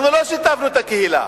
אנחנו לא שיתפנו את הקהילה